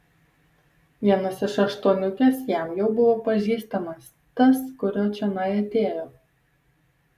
vienas iš aštuoniukės jam jau buvo pažįstamas tas kurio čionai atėjo